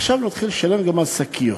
עכשיו נתחיל לשלם גם על שקיות.